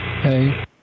Hey